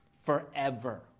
forever